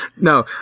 No